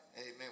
Amen